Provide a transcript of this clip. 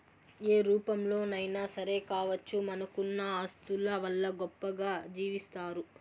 ఏ రూపంలోనైనా సరే కావచ్చు మనకున్న ఆస్తుల వల్ల గొప్పగా జీవిస్తారు